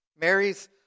Mary's